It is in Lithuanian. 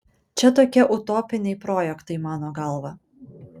čia tokie utopiniai projektai mano galva